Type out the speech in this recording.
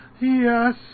Yes